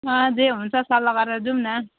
अँ जे हुन्छ सल्लाह गरेर जाउँ न